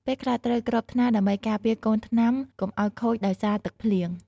ពេលខ្លះត្រូវគ្របថ្នាលដើម្បីការពារកូនថ្នាំកុំឱ្យខូចដោយសារទឹកភ្លៀង។